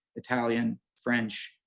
italian, french,